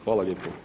Hvala lijepo.